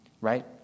right